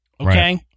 Okay